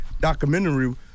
documentary